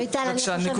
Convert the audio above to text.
בבקשה.